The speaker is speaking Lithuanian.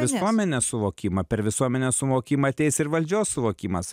visuomenės suvokimą per visuomenės suvokimą ateis ir valdžios suvokimas